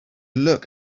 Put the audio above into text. look